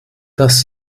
dass